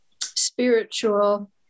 spiritual